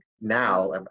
now